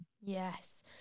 yes